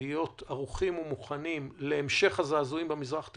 אנחנו צריכים להיות ערוכים ומוכנים להמשך הזעזועים במזרח התיכון.